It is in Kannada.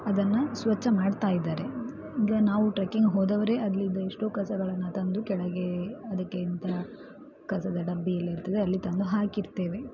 ಅದನ್ನು ಸ್ವಚ್ಛ ಮಾಡ್ತಾ ಇದ್ದಾರೆ ಈಗ ನಾವು ಟ್ರೆಕಿಂಗ್ ಹೋದವರೇ ಅಲ್ಲಿದ್ದ ಎಷ್ಟೋ ಕಸಗಳನ್ನು ತಂದು ಕೆಳಗೆ ಅದಕ್ಕೇಂತ ಕಸದ ಡಬ್ಬಿಯೆಲ್ಲ ಇರ್ತದೆ ಅಲ್ಲಿ ತಂದು ಹಾಕಿರ್ತೇವೆ